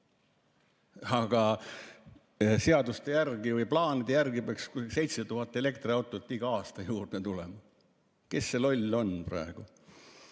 Aga seaduste järgi või plaanide järgi peaks 7000 elektriautot iga aasta juurde tulema. Kes see loll on praegu?